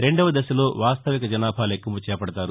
రెండోదశలో వాస్తవిక జనాభా లెక్కింపును చేపడతారు